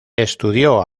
estudió